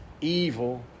evil